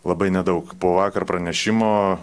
labai nedaug po vakar pranešimo